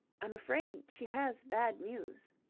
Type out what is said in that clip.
i'm afraid she has bad news.